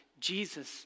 Jesus